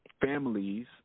families